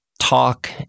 talk